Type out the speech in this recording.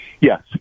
Yes